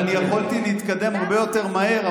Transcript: אני יכולתי להתקדם הרבה יותר מהר,